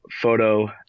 photo